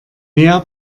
mehr